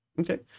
Okay